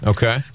Okay